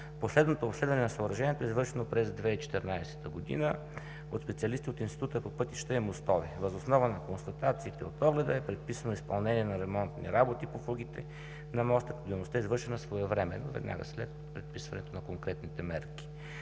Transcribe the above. Последното обследване на съоръжението е извършено през 2014 г. от специалисти от Института по пътища и мостове. Въз основа на констатациите от огледа е предписано изпълнение на ремонтни работи по фугите на моста. Обследването е извършено своевременно, веднага след предписване на конкретните мерки.